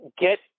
get